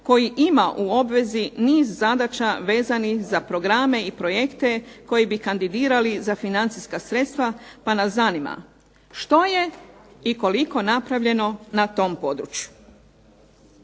koji ima u obvezi niz zadaća vezanih za programe i projekte koji bi kandidirali za financijska sredstva. Pa nas zanima, što je i koliko napravljeno na tom području?